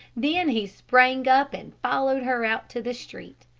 then he sprang up and followed her out to the street.